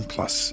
Plus